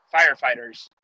firefighters